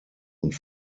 und